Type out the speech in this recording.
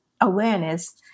awareness